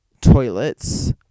toilets